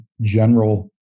general